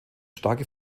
starke